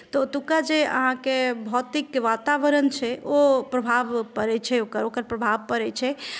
तऽ ओतुका जे अहाँके भौतिक वातावरण छै ओ प्रभाव पड़ैत छै ओकर ओकर प्रभाव पड़ैत छै